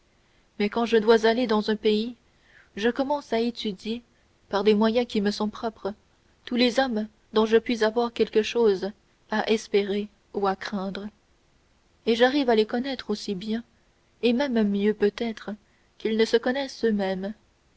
mais quand je dois aller dans un pays je commence à étudier par des moyens qui me sont propres tous les hommes dont je puis avoir quelque chose à espérer ou à craindre et j'arrive à les connaître aussi bien et même mieux peut-être qu'ils ne se connaissent eux-mêmes